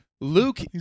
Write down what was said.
Luke